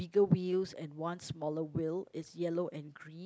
wheels and one smaller wheel it's yellow and green